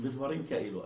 ודברים כאלה.